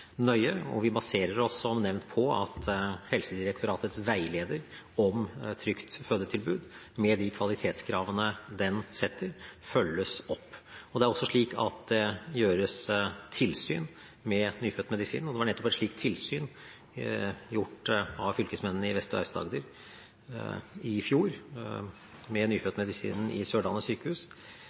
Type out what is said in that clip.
nøye, og vi baserer oss, som nevnt, på at Helsedirektoratets veileder «Et trygt fødetilbud», med de kvalitetskravene den setter, følges opp. Det er også slik at det gjøres tilsyn med nyfødtmedisinen, og det var nettopp et slikt tilsyn gjort av fylkesmennene i Vest-Agder og Aust-Agder i fjor med nyfødtmedisinen i Sørlandet sykehus